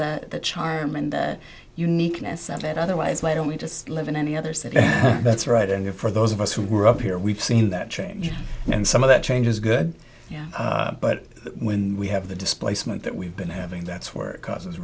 that the charm and the uniqueness of it otherwise why don't we just live in any other city that's right and you're for those of us who grew up here we've seen that change and some of that change is good yeah but when we have the displacement that we've been having that's where it causes